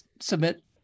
submit